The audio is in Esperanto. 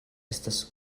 estas